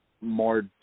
more